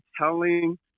telling